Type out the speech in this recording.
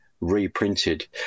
reprinted